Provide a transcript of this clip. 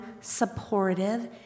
supportive